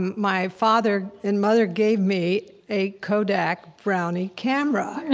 my father and mother gave me a kodak brownie camera. and